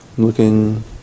Looking